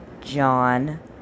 John